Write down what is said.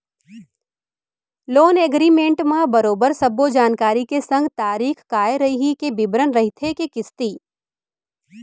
loan agreement म बरोबर सब्बो जानकारी के संग तारीख काय रइही के बिबरन रहिथे के किस्ती